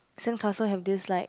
sandcastle have this like